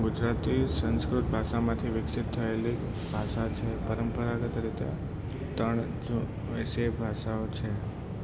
ગુજરાતી સંસ્કૃત ભાષામાંથી વિકસિત થયેલી ભાષા છે પરંપરાગત રીતે ત્રણ જૂ વિષય ભાષાઓ છે